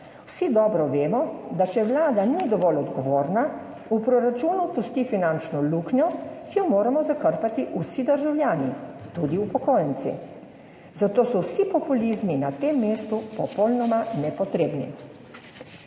Vsi dobro vemo, da če Vlada ni dovolj odgovorna, v proračunu pusti finančno luknjo, ki jo moramo zakrpati vsi državljani, tudi upokojenci. Zato so vsi populizmi na tem mestu popolnoma nepotrebni.